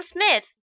Smith